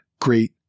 great